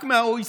רק מה-OECD,